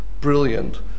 brilliant